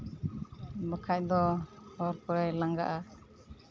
ᱵᱟᱠᱷᱟᱱ ᱫᱚ ᱦᱚᱨ ᱠᱚᱨᱮᱭ ᱞᱟᱸᱜᱟᱜᱼᱟ